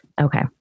Okay